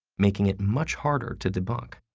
making it much harder to debunk.